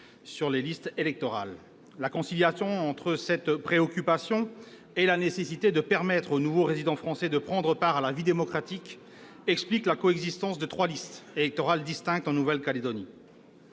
sur les listes électorales. La conciliation entre une telle préoccupation et la nécessité de permettre aux nouveaux résidents français de prendre part à la vie démocratique explique la coexistence de trois listes électorales distinctes en Nouvelle-Calédonie.